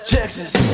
Texas